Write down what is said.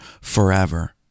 forever